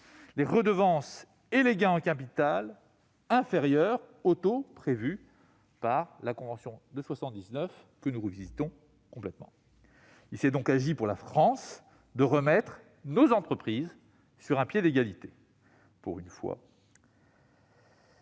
les redevances et les gains en capital inférieurs aux taux prévus par la convention de 1979, que nous revisitons complètement. Il s'est donc agi pour la France de remettre ses entreprises sur un pied d'égalité- pour une fois